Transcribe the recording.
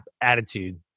attitude